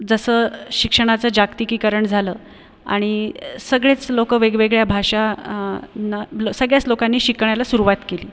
जसं शिक्षणाचं जागतिकीकरणं झालं आणि सगळीच लोकं वेगवेगळ्या भाषा न सगळ्याच लोकांनी शिकायला सुरुवात केली